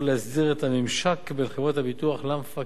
להסדיר את הממשק בין חברות הביטוח למפקח.